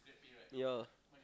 ya